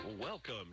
Welcome